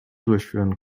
durchführen